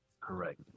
correct